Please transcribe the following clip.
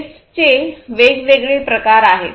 वेस्टचे वेगवेगळे प्रकार आहेत